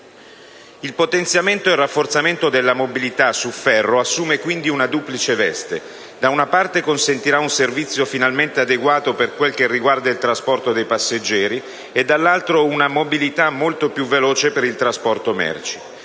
Il potenziamento e rafforzamento della mobilità su ferro assume quindi una duplice veste: da una parte consentirà un servizio finalmente adeguato per quel che riguarda il trasporto dei passeggeri; dall'altra, una mobilità molto più veloce per il trasporto merci.